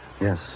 Yes